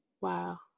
wow